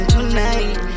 Tonight